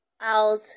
out